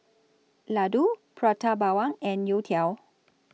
Laddu Prata Bawang and Youtiao